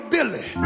Billy